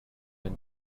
and